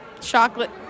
Chocolate